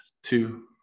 Two